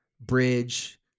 bridge